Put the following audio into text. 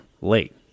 late